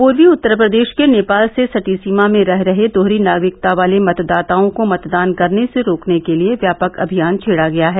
पूर्वी उत्तर प्रदेष के नेपाल से सटी सीमा में रह रहे दोहरी नागरिकता वाले मतदाताओं को मतदान करने से रोकने के लिये व्यापक अभियान छेड़ा गया है